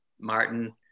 Martin